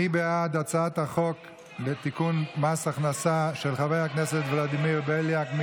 מי בעד הצעת החוק לתיקון מס הכנסה של חבר הכנסת ולדימיר בליאק?